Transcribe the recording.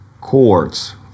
Chords